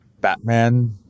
Batman